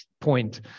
point